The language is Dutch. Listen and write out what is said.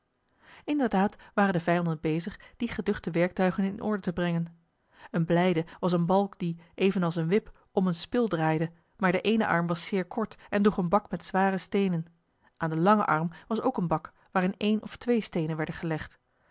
inderdaad waren de vijanden bezig die geduchte werktuigen in orde te brengen een blijde was een balk die evenals een wip om eene spil draaide maar de eene arm was zeer kort en droeg een bak met zware steenen aan den langen arm was ook een bak waarin één of twee steenen werden gelegd